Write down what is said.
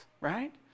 Right